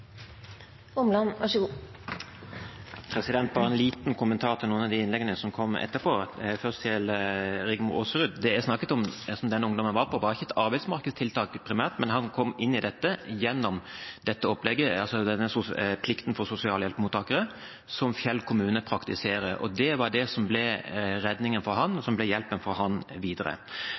bare en liten kommentar til noen av de innleggene som har kommet. Først til Rigmor Aasrud. Det jeg snakket om som denne ungdommen var på, var ikke et arbeidsmarkedstiltak primært, men han kom inn i dette gjennom dette opplegget, altså aktivitetsplikten for sosialhjelpsmottakere, som Fjell kommune praktiserer, og det var det som ble redningen og hjelpen for ham videre. Det leder meg til litt av poenget som